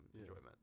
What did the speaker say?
enjoyment